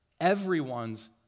everyone's